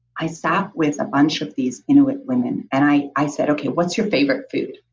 i sat with a bunch of these inuit women and i i said okay, what's your favorite food?